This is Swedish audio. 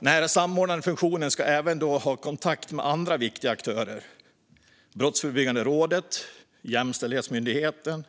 Den samordnande funktionen ska även ha kontakt med andra viktiga aktörer, som Brottsförebyggande rådet, Jämställdhetsmyndigheten,